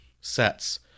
sets